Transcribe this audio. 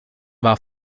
war